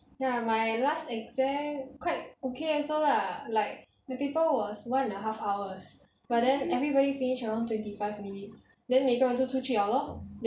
ya my last paper quite okay also lah like the paper was one and a half hours but then everybody finish around twenty fives minutes then 每个人就出去 liao lor then